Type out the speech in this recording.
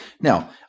Now